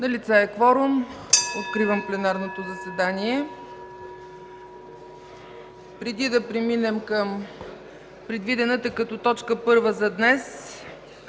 Налице е кворум, откривам пленарното заседание. Преди да преминем към предвидената като точка първа за днес,